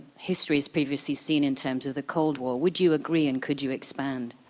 history's previously seen in terms of the cold war. would you agree? and could you expand?